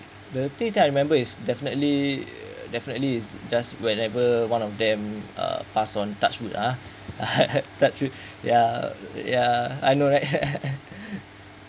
the thing that I remember is definitely definitely is just whenever one of them uh pass on touch wood ah touch wood ya ya I know right